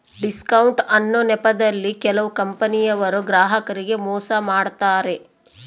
discount ಅನ್ನೊ ನೆಪದಲ್ಲಿ ಕೆಲವು ಕಂಪನಿಯವರು ಗ್ರಾಹಕರಿಗೆ ಮೋಸ ಮಾಡತಾರೆ